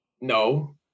no